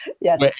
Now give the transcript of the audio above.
Yes